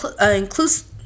inclusive